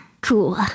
Cool